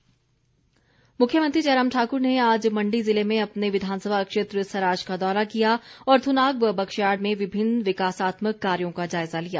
जयराम मुख्यमंत्री जयराम ठाकुर ने आज मण्डी जिले में अपने विधानसभा क्षेत्र सराज का दौरा किया और थुनाग व बगश्याड़ में विभिन्न विकासात्मक कार्यों का जायजा लिया